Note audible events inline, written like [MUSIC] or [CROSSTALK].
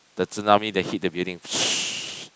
the tsunami that hit the building [NOISE]